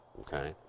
Okay